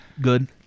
good